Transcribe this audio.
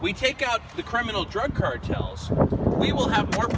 we take out the criminal drug cartels we will have mor